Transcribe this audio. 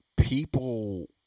People